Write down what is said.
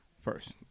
First